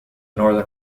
northern